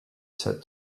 said